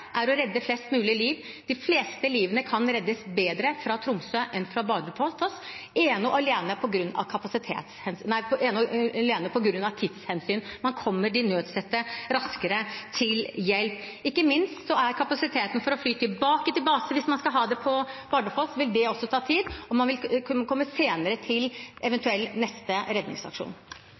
er å redde flest mulig liv. De fleste liv kan reddes bedre fra Tromsø enn fra Bardufoss, ene og alene av tidshensyn. Man kommer de nødstedte raskere til hjelp. Ikke minst gjelder det kapasiteten for å fly tilbake til basen. Hvis man skal ha den på Bardufoss, vil også det ta tid, og man vil komme senere til en eventuell neste redningsaksjon.